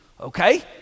okay